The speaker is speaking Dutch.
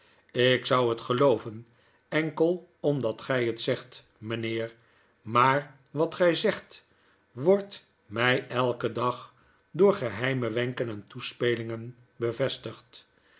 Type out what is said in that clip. ik zou het gelooven enkel omdat gg het zegt mjjnheer maar wat gy zegt wordt my elken dag door geheime wenkenentoespelingenbevestigd